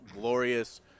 glorious